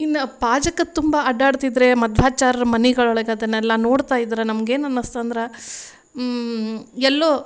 ಇನ್ನು ಪಾಜಕದ ತುಂಬ ಅಡ್ಡಾಡ್ತಿದ್ದರೆ ಮಧ್ವಾಚಾರ್ರ ಮನೆಗಳೊಳಗ್ ಅದನ್ನೆಲ್ಲ ನೋಡ್ತಾಯಿದ್ರೆ ನಮ್ಗೆ ಏನು ಅನ್ನಿಸ್ತ್ ಅಂದ್ರೆ ಎಲ್ಲೋ